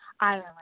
Ireland